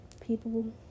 people